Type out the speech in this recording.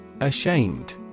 Ashamed